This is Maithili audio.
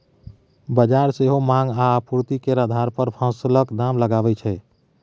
बजार सेहो माँग आ आपुर्ति केर आधार पर फसलक दाम लगाबै छै